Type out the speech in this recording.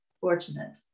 fortunate